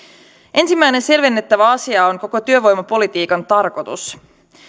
ensimmäinen selvennettävä asia on koko työvoimapolitiikan tarkoitus